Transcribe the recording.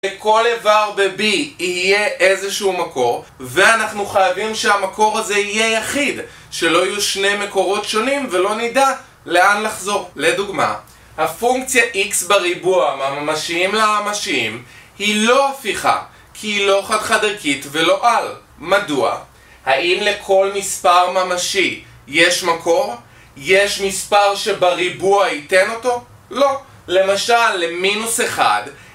לכל איבר ב-B, יהיה איזשהו מקור, ואנחנו חייבים שהמקור הזה יהיה יחיד. שלא יהיו שני מקורות שונים ולא נדע, לאן לחזור. לדוגמה, הפונקציה x בריבוע מה...ממשיים לממשיים, היא לא הפיכה, כי היא לא חד-חד ערכית, ולא על. מדוע? האם לכל מספר ממשי, יש מקור? יש מספר שבריבוע ייתן אותו? לא. למשל, למינוס 1,